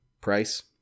price